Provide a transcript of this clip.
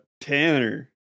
Tanner